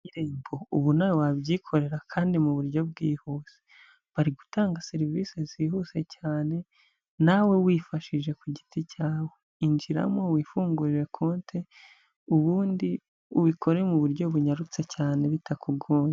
Irembo ubu nawe wabyikorera kandi mu buryo bwihuse, bari gutanga serivisi zihuse cyane, nawe wifashije ku giti cyawe injiramo wifungurire konti, ubundi ubikore mu buryo bunyarutse cyane bitakugoye.